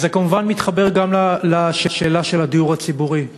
וזה כמובן מתחבר גם לשאלה של הדיור הציבורי,